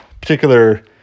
particular